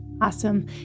Awesome